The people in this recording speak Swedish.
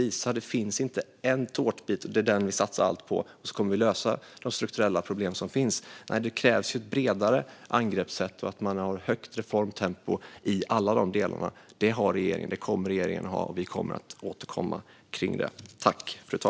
Man kan inte satsa allt på en enskild tårtbit. Det kommer inte att lösa de strukturella problem som finns. Det krävs ett bredare angreppssätt och att man har ett högt reformtempo i alla delarna. Det kommer regeringen att ha. Vi kommer att återkomma om detta.